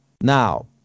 Now